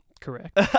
Correct